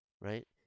right